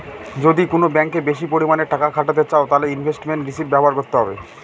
যদি কোন ব্যাঙ্কে বেশি পরিমানে টাকা খাটাতে চাও তাহলে ইনভেস্টমেন্ট রিষিভ ব্যবহার করতে হবে